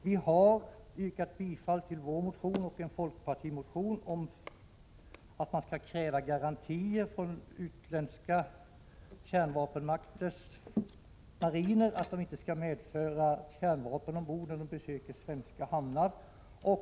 Vi har vidare yrkat bifall till vår motion och en folkpartimotion om att vi skall kräva garantier för att utländska kärnvapenmakters flottor inte medför kärnvapen ombord när de besöker svenska hamnar.